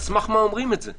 על סמך מה אומרים את זה?